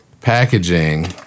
packaging